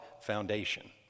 foundation